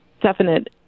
definite